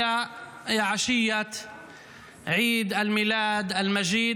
(נושא דברים בשפה הערבית.)